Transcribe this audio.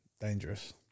Dangerous